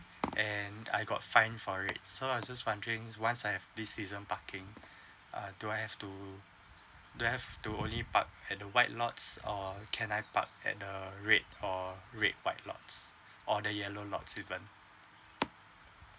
and I got fine for it so I just wondering once I have this season parking uh do I have to do I have to only park at the white lots or can I park at the red or red white lots or the yellow lots even